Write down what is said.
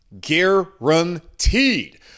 guaranteed